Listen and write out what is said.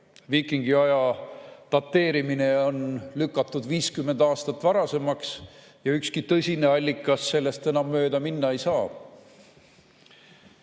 Viikingiaja dateerimine on lükatud 50 aastat varasemaks ja ükski tõsine allikas sellest enam mööda minna ei saa.